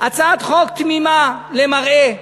הצעת חוק תמימה למראה,